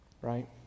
right